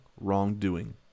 wrongdoing